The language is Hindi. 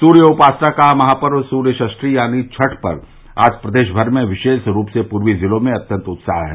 सूर्य उपासना का महापर्व सूर्य षष्ठी यानी छठ पर आज प्रदेश भर में विशेष रूप से पूर्वी जिलों में अत्यंत उत्साह है